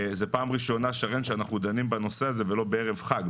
זאת פעם ראשונה שאנחנו דנים בנושא הזה ולא בערב חג.